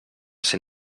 ser